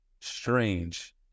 strange